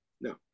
no